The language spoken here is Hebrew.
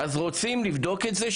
רוצים לבדוק את זה?